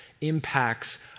impacts